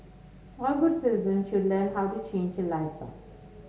all good citizens should learn how to change a light bulb